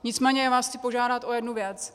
Nicméně vás chci požádat o jednu věc.